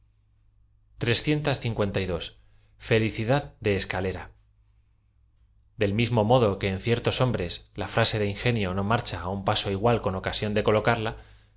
félicidad dé scaura del mismo modo que en ciertos hombres la frase de ingenio no marcha á un paso igu al con ocasión de colocarla